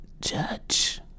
Judge